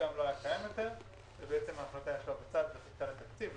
המאוגם לא היה קיים יותר ובעצם ההחלטה ישבה בצד וחיכתה לתקציב.